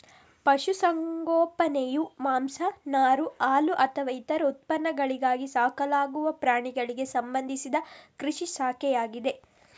ಪಶು ಸಂಗೋಪನೆಯು ಮಾಂಸ, ನಾರು, ಹಾಲುಅಥವಾ ಇತರ ಉತ್ಪನ್ನಗಳಿಗಾಗಿ ಸಾಕಲಾಗುವ ಪ್ರಾಣಿಗಳಿಗೆ ಸಂಬಂಧಿಸಿದ ಕೃಷಿಯ ಶಾಖೆಯಾಗಿದೆ